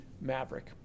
Maverick